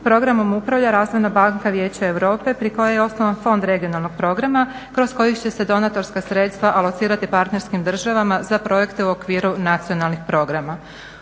Programom upravlja Razvojna banka Vijeća Europe pri kojoj je osnovan Fond regionalnog programa kroz koji će se donatorska sredstva alocirati partnerskim državama za projekte u okviru nacionalnih programa.